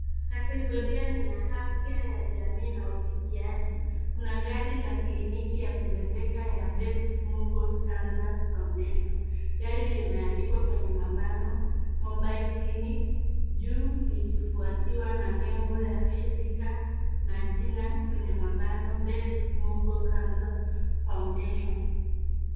Kategoria ni ya afya ya jamii na ufikiaji. Kuna gari la kliniki la kubebeka la Beth Mugo Cancer Foundation. Gari limeandikwa kwenye mabano, mobile clinic , juu likifuatiwa na nembo la shirika na jina kwenye mabano Beth Mugo Cancer Foundation.